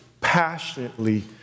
passionately